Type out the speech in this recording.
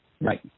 Right